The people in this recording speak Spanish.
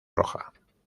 roja